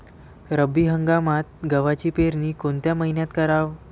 रब्बी हंगामात गव्हाची पेरनी कोनत्या मईन्यात कराव?